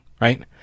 Right